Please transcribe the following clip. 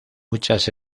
muchas